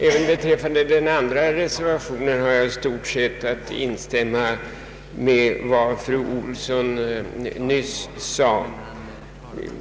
Även beträffande den andra reservationen kan jag i stort sett instämma i vad fru Olsson nyss sade.